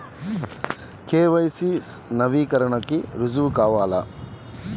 KYC నవీకరణకి రుజువు కావాలా?